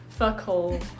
fuckhole